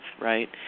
right